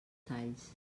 talls